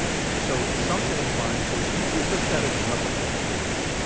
so something in the mind says, i think we've just had enough of that for now.